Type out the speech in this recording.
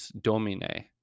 domine